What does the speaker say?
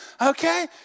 okay